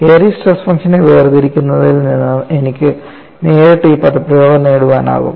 Airy's stress ഫംഗ്ഷനെ വേർതിരിക്കുന്നതിൽ നിന്ന് എനിക്ക് നേരിട്ട് ഈ പദപ്രയോഗം നേടാനാകും